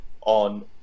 on